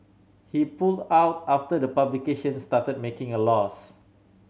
he pulled out after the publication started making a loss